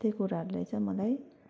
त्यस्तै कुराहरूले चाहिँ मलाई